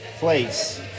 Place